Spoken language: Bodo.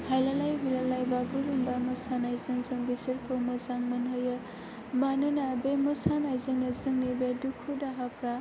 हायलालाय हुइलालाय बागुरुम्बा मोसानायजों जों बिसोरखौ मोजां मोनहोयो मानोना बे मोसानायजोंनो जोंनि बे दुखु दाहाफोरा